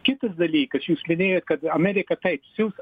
kitas dalykas jūs minėjot kad amerika taip siųs